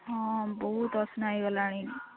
ହଁ ବହୁତ ଅସନା ହେଇଗଲାଣି